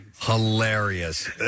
hilarious